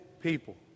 people